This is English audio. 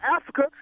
Africa